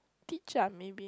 teach ah maybe